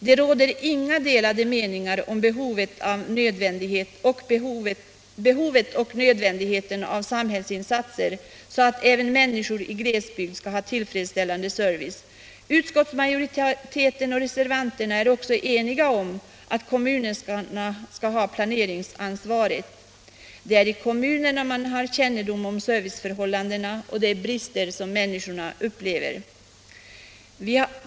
Det råder inga delade meningar om behovet och nödvändigheten av samhällsinsatser, så att även människor i glesbygd får en tillfredsställande service. Utskottsmajoriteten och reservanterna är också eniga om att kommunerna skall ha planeringsansvaret. Det är i kommunerna man har kännedom om serviceförhållandena och de brister som människorna upplever.